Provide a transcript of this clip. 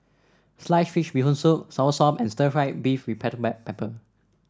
Sliced Fish Bee Hoon Soup Soursop and Stir Fried Beef with Black Pepper